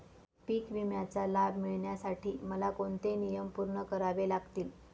पीक विम्याचा लाभ मिळण्यासाठी मला कोणते नियम पूर्ण करावे लागतील?